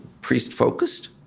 priest-focused